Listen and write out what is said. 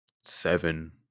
seven